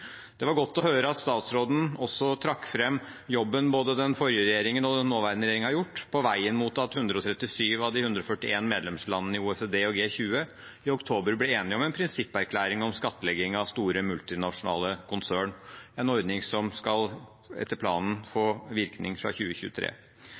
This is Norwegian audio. det internasjonale planet. Det var godt å høre at statsråden også trakk fram jobben både den forrige regjeringen og den nåværende regjeringen har gjort på veien mot at 137 av de 141 medlemslandene i OECD og G20 i oktober ble enige om en prinsipperklæring om skattlegging av store multinasjonale konsern, en ordning som etter planen skal få